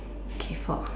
kay four